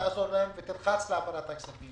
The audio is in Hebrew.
תעזור להם ותלחץ להעברת הכספים.